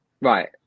Right